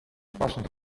passen